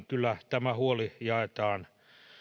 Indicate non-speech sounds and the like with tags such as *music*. *unintelligible* kyllä tämä huoli jaetaan